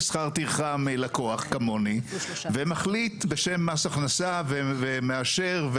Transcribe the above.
שכר טרחה מלקוח כמוני ומחליט בשם מס הכנסה ומאשר,